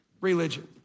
religion